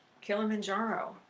Kilimanjaro